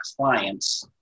clients